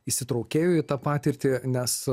įsitraukėjo į tą patirtį nes